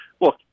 look